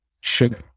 sugar